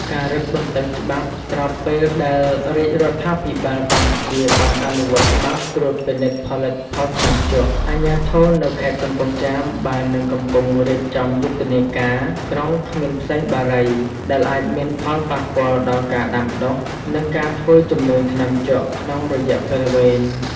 ការរឹតបន្តឹងច្បាប់ ស្របពេលដែលរាជរដ្ឋាភិបាលកម្ពុជាបានអនុវត្តច្បាប់ត្រួតពិនិត្យផលិតផលថ្នាំជក់ អាជ្ញាធរនៅខេត្តកំពង់ចាមបាននិងកំពុងរៀបចំយុទ្ធនាការ ក្រុងគ្មានផ្សែងបារី ដែលអាចមានផលប៉ះពាល់ដល់ការដាំដុះ និងការធ្វើជំនួញថ្នាំជក់ក្នុងរយៈពេលវែង។